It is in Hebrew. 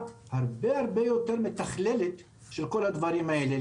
הרבה-הרבה יותר מתכללת של על הדברים האלה.